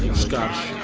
ah ah scotch,